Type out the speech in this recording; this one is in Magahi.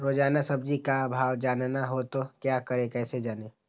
रोजाना सब्जी का भाव जानना हो तो क्या करें कैसे जाने?